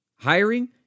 Hiring